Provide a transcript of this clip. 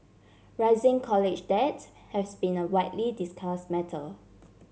rising college debt has been a widely discuss matter